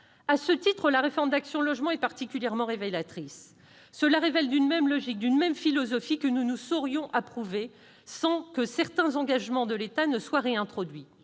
À ce titre, la réforme d'Action logement est particulièrement révélatrice. Les mesures proposées relèvent d'une même logique, d'une même philosophie, que nous ne saurions approuver sans que certains engagements de l'État soient réintroduits.